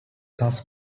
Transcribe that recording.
thus